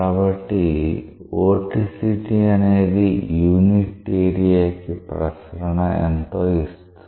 కాబట్టి వోర్టిసిటీ అనేది యూనిట్ ఏరియాకి ప్రసరణ ఎంతో ఇస్తుంది